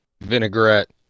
vinaigrette